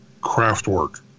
craftwork